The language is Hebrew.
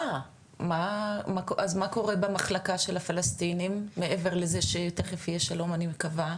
אז מה קורה במחלקה של הפלסטינים מעבר לזה שתכף יהיה שלום אני מקווה?